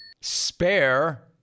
Spare